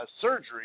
surgery